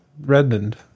Redmond